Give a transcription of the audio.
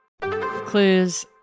Clues